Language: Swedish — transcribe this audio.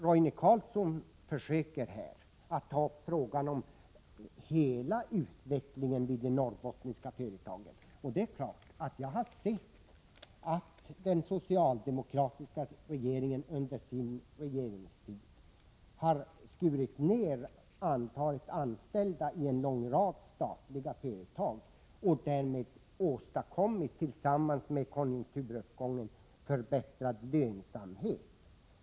Roine Carlsson försöker här ta upp frågan om hela utvecklingen vid de norrbottniska företagen. Det är klart att jag har sett att den socialdemokratiska regeringen under sin regeringstid har skurit ned antalet anställda i en lång rad statliga företag och därmed, tillsammans med konjukturuppgången, åstadkommit förbättrad lönsamhet.